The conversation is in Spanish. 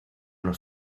los